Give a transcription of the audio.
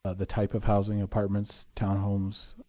the type of housing, apartments, townhomes.